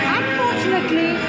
unfortunately